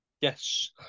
Yes